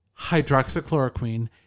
hydroxychloroquine